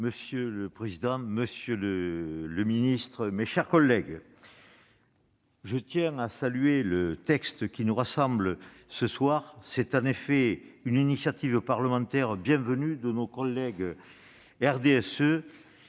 Monsieur le président, monsieur le secrétaire d'État, mes chers collègues, je tiens à saluer le texte qui nous rassemble ce soir. Il s'agit d'une initiative parlementaire bienvenue de nos collègues du